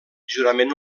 jurament